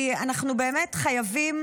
כי אנחנו באמת חייבים